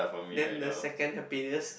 then the second happiest